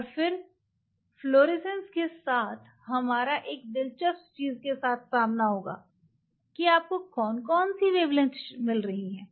और फिर फ्लोरेसेंस के साथ हमारा एक दिलचस्प चीज के साथ सामन होगा कि आपको कौन कौन सी वेवलेंग्थ्स मिल रही हैं